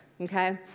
okay